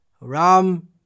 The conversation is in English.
Ram